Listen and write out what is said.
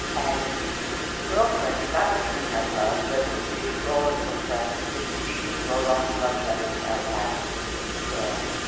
and the girlfriend did not return that love but amused all of her friends with reading roland's um love letters out loud to a group of girls.